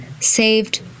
saved